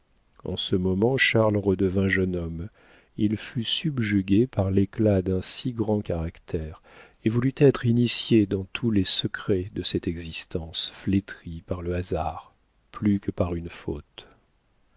en ce moment charles redevint jeune homme il fut subjugué par l'éclat d'un si grand caractère et voulut être initié dans tous les secrets de cette existence flétrie par le hasard plus que par une faute